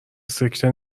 سکته